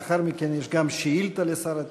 לאחר מכן יש גם שאילתה לשר התקשורת,